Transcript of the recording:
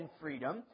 freedom